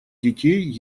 детей